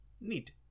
neat